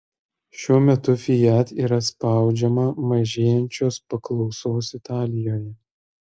šiuo metu fiat yra spaudžiama mažėjančios paklausos italijoje